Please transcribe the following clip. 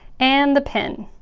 and the pin.